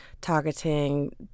targeting